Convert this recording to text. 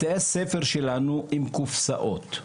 בתי הספר שלנו הם קופסאות.